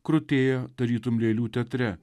krutėjo tarytum lėlių teatre